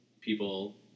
people